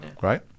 Right